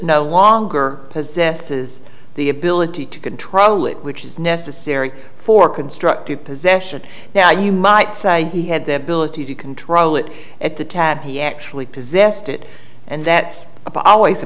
no longer possesses the ability to control it which is necessary for constructive possession now you might say he had the ability to control it at the tap he actually possessed it and that's always a